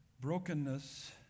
Brokenness